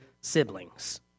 siblings